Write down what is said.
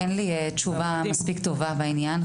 אין לי תשובה מספיק טובה בעניין,